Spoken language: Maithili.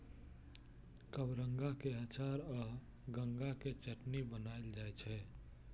कबरंगा के अचार आ गंगा के चटनी बनाएल जाइ छै